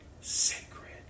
sacred